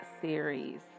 series